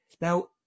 Now